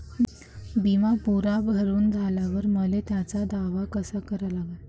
बिमा पुरा भरून झाल्यावर मले त्याचा दावा कसा करा लागन?